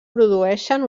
produeixen